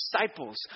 disciples